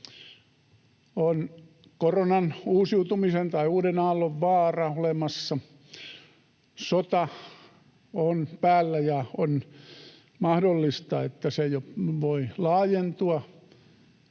On koronan uusiutumisen tai uuden aallon vaara olemassa. Sota on päällä, ja on mahdollista, että se voi laajentua.